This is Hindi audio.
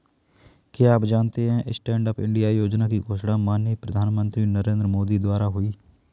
क्या आप जानते है स्टैंडअप इंडिया योजना की घोषणा माननीय प्रधानमंत्री नरेंद्र मोदी द्वारा हुई?